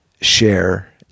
share